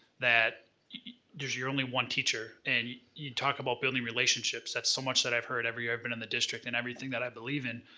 that you're only one teacher, and you talk about building relationships. that's so much that i've heard every year i've been in the district, and everything that i believe in,